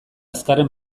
azkarren